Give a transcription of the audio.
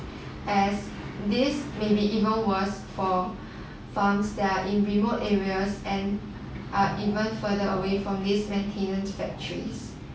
as this may be even worse for farms that are in remote areas and uh even further away from these maintenance factories